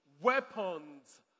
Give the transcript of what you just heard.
weapons